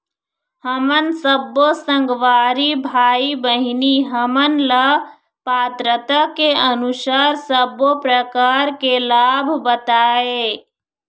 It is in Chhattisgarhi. हमन सब्बो संगवारी भाई बहिनी हमन ला पात्रता के अनुसार सब्बो प्रकार के लाभ बताए?